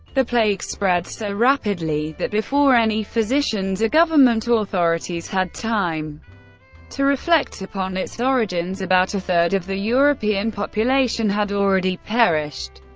the plague spread so rapidly that before any physicians or government authorities had time to reflect upon its origins, about a third of the european population had already perished.